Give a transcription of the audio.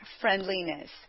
friendliness